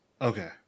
Okay